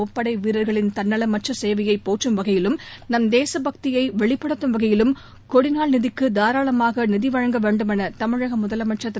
முப்படை வீரர்களின் தன்னலமற்ற சேவையை போற்றும் வகையிலும் நம் தேச பக்தியை வெளிப்படுத்தும் வகையிலும் கொடி நாள் நிதிக்கு தாராளமாக நிதி வழங்க வேண்டுமென தமிழக முதலமைச்சர் திரு